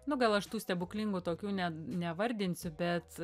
nu gal aš tų stebuklingų tokių ne nevardinsiu bet